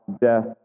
death